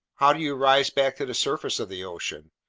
how do you rise back to the surface of the ocean?